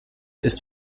ist